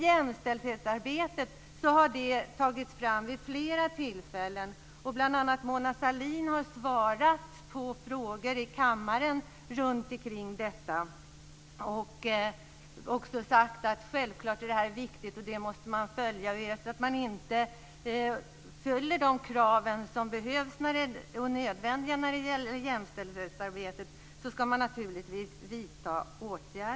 Jämställdhetsarbetet har tagits upp vid flera tillfällen. Bl.a. har Mona Sahlin svarat på frågor i kammaren om detta. Hon har också sagt att detta självfallet är viktigt och att man måste följa det här. Om man inte uppfyller de krav som är nödvändiga när det gäller jämställdhetsarbetet ska åtgärder naturligtvis vidtas.